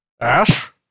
Ash